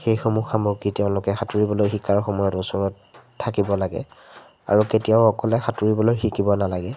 সেইসমূহ সামগ্ৰী তেওঁলোকে সাঁতুৰিবলৈ শিকাৰ সময়ত ওচৰত থাকিব লাগে আৰু কেতিয়াও অকলে সাঁতুৰিবলৈ শিকিব নালাগে